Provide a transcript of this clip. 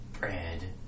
Bread